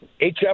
HF